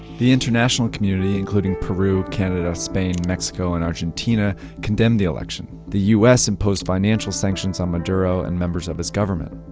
the international community including peru, canada, spain, mexico and argentina condemned the election. the us imposed financial sanctions on maduro and members of his government.